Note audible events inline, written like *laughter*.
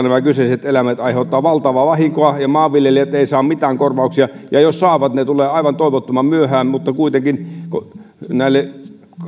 *unintelligible* nämä kyseiset eläimet aiheuttavat valtavaa vahinkoa ja maanviljelijät eivät saa mitään korvauksia ja jos saavat ne tulevat aivan toivottoman myöhään mutta kuitenkin näille